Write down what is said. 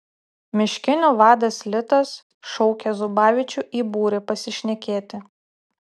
miškinių vadas litas šaukia zubavičių į būrį pasišnekėti